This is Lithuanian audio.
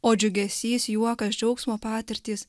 o džiugesys juokas džiaugsmo patirtys